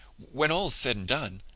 when all's said and done,